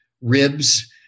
ribs